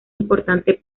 importante